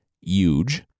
huge